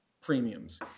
premiums